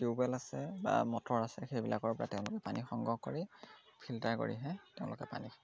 tubewell আছে বা motor আছে সেইবিলাকৰ পৰা তেওঁলোকে পানী সংগ্ৰহ কৰি ফিল্টাৰ কৰিহে তেওঁলোকে পানী খায়